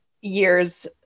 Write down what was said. years